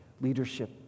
leadership